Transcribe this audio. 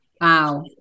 Wow